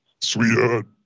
sweetheart